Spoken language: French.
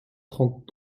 trente